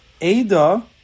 Ada